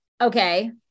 okay